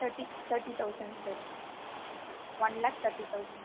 thirty thirty thousand sir one lakh thirty thousand